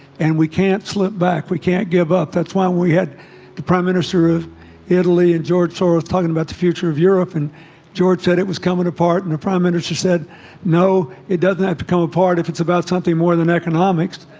and we can't slip back. we can't give up that's why we had the prime minister of italy and george soros talking about the future of europe and george said it was coming apart and the prime minister said no it doesn't have to come apart if it's about something more than economics.